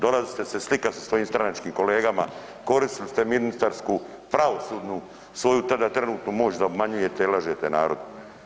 Dolazili ste se slikati s svojim stranačkim kolegama, koristili ste ministarsku pravosudnu svoju tada trenutnu moć da obmanjujete i lažete narod.